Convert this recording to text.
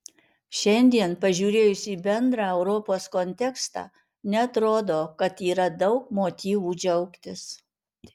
šiandien pažiūrėjus į bendrą europos kontekstą neatrodo kad yra daug motyvų džiaugtis